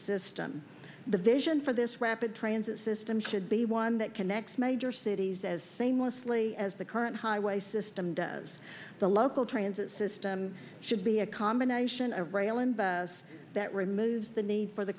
system the vision for this rapid transit system should be one that connects major cities as same mostly as the current highway system does the local transit system should be a combination of rail and that removes the need for the